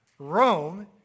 Rome